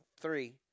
three